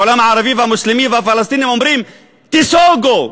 העולם הערבי והמוסלמי והפלסטיני אומרים: תיסוגו,